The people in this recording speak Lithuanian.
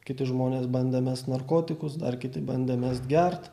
kiti žmonės bandė mest narkotikus dar kiti bandė mest gert